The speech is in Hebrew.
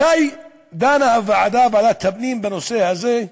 מתי דנה הוועדה, ועדת הפנים, בנושא הזה?